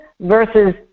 versus